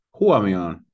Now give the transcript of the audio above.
huomioon